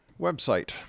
website